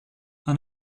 and